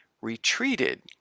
retreated